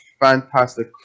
fantastic